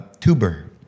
tuber